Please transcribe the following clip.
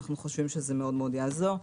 אנו חושבים שזה מאוד יעזור.